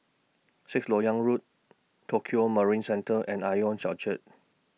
Sixth Lok Yang Road Tokio Marine Centre and Ion Orchard